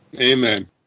Amen